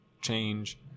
change